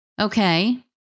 Okay